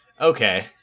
Okay